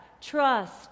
trust